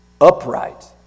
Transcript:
upright